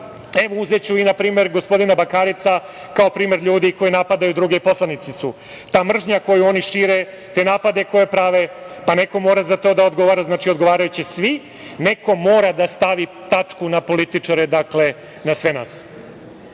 Evo, uzeću na primer gospodina Bakareca, kao primer ljudi koji napadaju druge, poslanici su. Ta mržnja koju oni šire, te napade koje prave, pa neko mora za to da odgovara. Znači, odgovaraće svi. Neko mora da stavi tačku na političare". Dakle, na sve